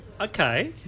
Okay